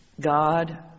God